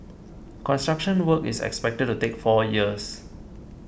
construction work is expected to take four years